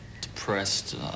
depressed